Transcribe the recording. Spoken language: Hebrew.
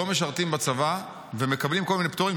לא משרתים בצבא ומקבלים כל מיני פטורים.